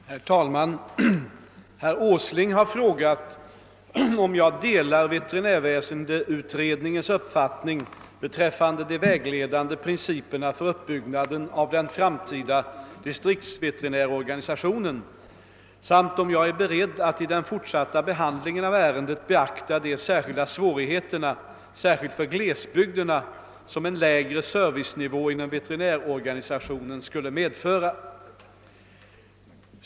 Herr talman! Herr Åsling har frågat om jag delar veterinärväsendeutredningens uppfattning beträffande de vägledande principerna för uppbyggnaden av den framtida distriktsveterinärorganisationen samt om jag är beredd att i den fortsatta behandlingen av ärendet beakta de speciella svårigheterna, särskilt för glesbygderna, som en lägre servicenivå inom veterinärorganisationen skulle medföra.